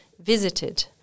visited